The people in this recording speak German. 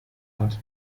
hat